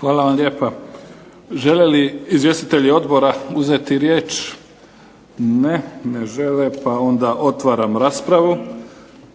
Hvala vam lijepa. Žele li izvjestitelji odbora uzeti riječ? Ne, ne žele. Pa onda otvaram raspravu.